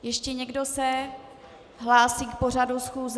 Ještě někdo se hlásí k pořadu schůze?